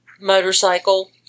motorcycle